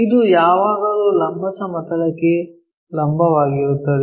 ಇದು ಯಾವಾಗಲೂ ಲಂಬ ಸಮತಲಕ್ಕೆ ಲಂಬವಾಗಿರುತ್ತದೆ